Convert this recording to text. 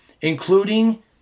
including